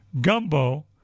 gumbo